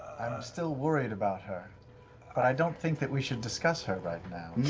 i'm still worried about her. but i don't think that we should discuss her right now.